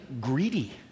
greedy